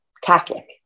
Catholic